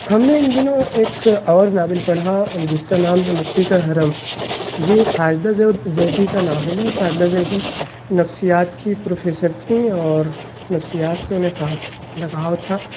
ہم نے ان دنوں ایک اور ناول پڑھا جس کا نام ہے مٹی کا حرم یہ ساجدہ زیدی کا ناول ہے ساجدہ زیدی نفسیات کی پروفیسر تھیں اور نفسیات سے انہیں خاص لگاؤ تھا